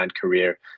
career